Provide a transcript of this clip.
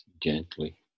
gently